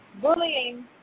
bullying